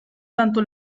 tanto